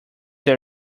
that